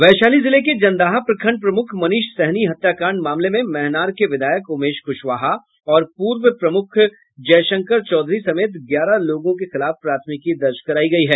वैशाली जिले के जंदाहा प्रखण्ड प्रमुख मनीष सहनी हत्या कांड मामले में महनार के विधायक उमेश कुशवाहा और पूर्व प्रमुख जयशंकर चौधरी समेत ग्यारह लोगों के खिलाफ प्राथमिकी दर्ज करायी गयी है